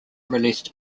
released